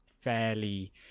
fairly